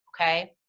Okay